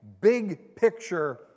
big-picture